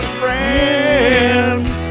friends